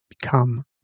become